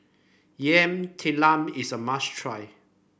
Yam Talam is a must try